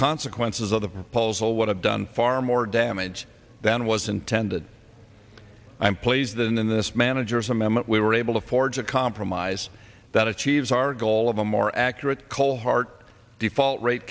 consequences of the proposal would have done far more damage than was intended i'm pleased than in this manager's amendment we were able to forge a compromise that achieves our goal of a more accurate call heart default ra